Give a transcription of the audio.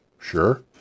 sure